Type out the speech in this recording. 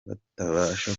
batabasha